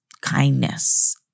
kindness